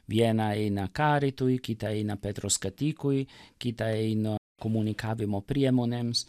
viena eina karitui kita eina petro skatikui kitą eina komunikavimo priemonėms